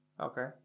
okay